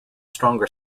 stronger